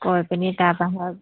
কৈ পিনি তাৰপাছত